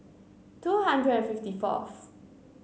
two hundred and fifty fourth